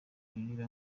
biba